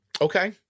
Okay